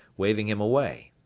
waving him away.